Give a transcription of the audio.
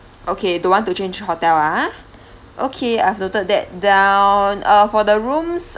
okay don't want to change hotel ah okay I've noted that down uh for the rooms